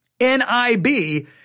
N-I-B